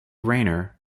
rayner